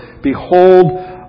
Behold